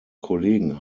kollegen